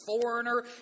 foreigner